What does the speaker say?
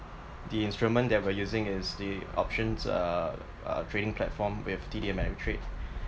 the instrument that we're using is the options uh uh trading platform with T_D Ameritrade